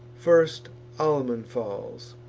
first almon falls,